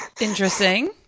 Interesting